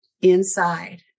inside